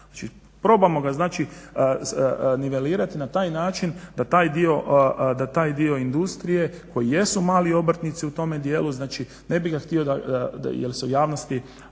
Znači probamo ga znači nivelirati na taj način da taj dio industrije koji jesu mali obrtnici u tome dijelu znači ne bi ga htio, jer se u javnosti